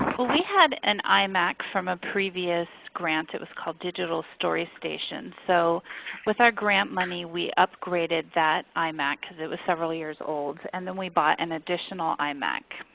we had an imac from a previous grant, it was called digital story station. so with our grant money we upgraded that imac because it was several years old and then we bought an additional imac.